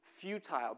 futile